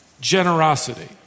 generosity